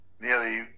nearly